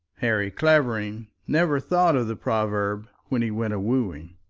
harry clavering never thought of the proverb when he went a-wooing.